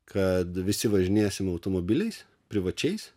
kad visi važinėsim automobiliais privačiais